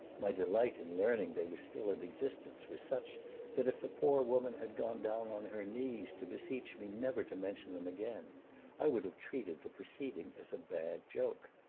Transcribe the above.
my delight in learning they were still in existence was such that if the poor woman had gone down on her knees to beseech me never to mention them again i would have treated the proceeding as a bad joke.